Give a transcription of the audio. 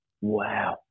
Wow